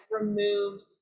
removed